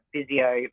physio